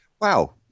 Wow